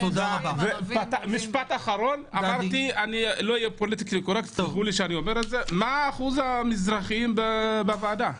ולא אהיה פוליטיקלי קורקט סלחו לי מה אחוז המזרחים בוועדה?